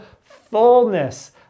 fullness